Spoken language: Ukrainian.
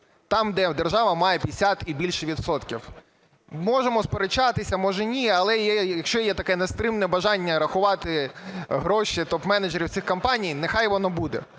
там, де держава має 50 і більше відсотків. Можемо сперечатися, може ні, але якщо є таке нестримне бажання рахувати гроші топ-менеджерів цих компаній, нехай воно буде.